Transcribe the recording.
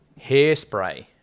Hairspray